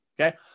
okay